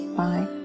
bye